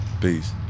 Peace